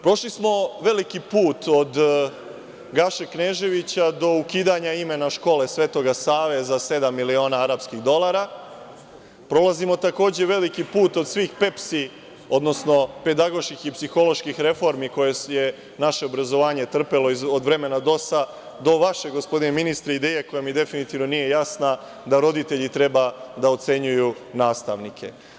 Prošli smo veliki put od Gaše Kneževića do ukidanja imena škole „Svetog Save“ za sedam miliona arapskih dolara, prolazimo veliki put od svih pedagoških i psiholoških reformi koje je naše obrazovanje trpelo od vremena DOS do vaše ideje gospodine ministre, koja mi definitivno nije jasna, da roditelji treba da ocenjuju nastavnike.